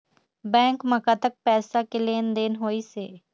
Bank म कतक पैसा के लेन देन होइस हे?